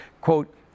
quote